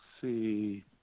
see